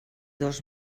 dos